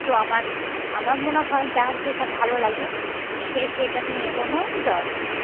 তো আমার আমার মনে হয় যার যেটা ভালো লাগে সে সেটা নিয়ে এগোনোই দরকার